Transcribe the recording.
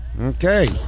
Okay